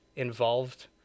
involved